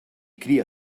cria